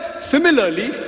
Similarly